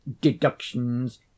deductions